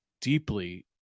deeply